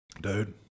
dude